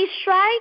strike